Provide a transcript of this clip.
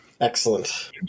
Excellent